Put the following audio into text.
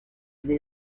для